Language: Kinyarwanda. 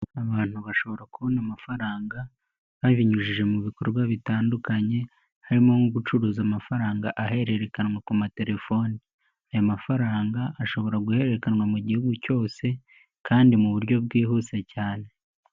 Abantu bashobora kubona amafaranga, babinyujije mu bikorwa bitandukanye, harimo nko gucuruza amafaranga ahererekanwa ku matelefoni, aya mafaranga ashobora guhererekanywa mu gihugu cyose kandi muburyo bwihuse cyane.